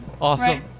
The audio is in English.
Awesome